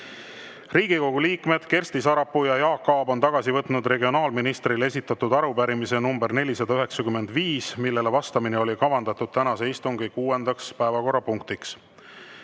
Riigikogu liikmed Kersti Sarapuu ja Jaak Aab on tagasi võtnud regionaalministrile esitatud arupärimise nr 495, millele vastamine oli kavandatud tänase istungi kuuendaks päevakorrapunktiks.